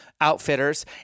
outfitters